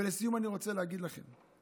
ולסיום אני רוצה להגיד לכם,